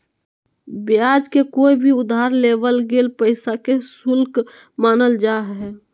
ब्याज के कोय भी उधार लेवल गेल पैसा के शुल्क मानल जा हय